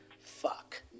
fuck